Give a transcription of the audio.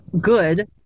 good